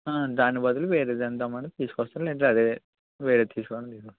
దాని బదులు వేరేది ఏమన్నా తెమ్మంటే తీసుకొస్తాను లేదంటే అదే వేరే తీసుకురమ్మంటే తీసుకొస్తాను